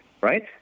right